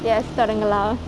yes தொடங்கலா:thodangalaa